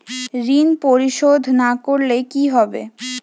ঋণ পরিশোধ না করলে কি হবে?